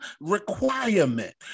requirement